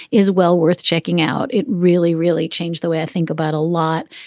is well worth checking out. it really, really changed the way i think about a lot.